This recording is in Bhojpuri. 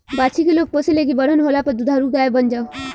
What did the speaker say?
बाछी के लोग पोसे ले की बरहन होला पर दुधारू गाय बन जाओ